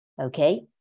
Okay